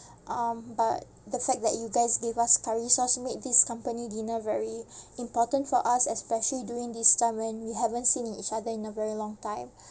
um but the fact that you guys gave us curry sauce made this company dinner very important for us especially during this time when we haven't seen each other in a very long time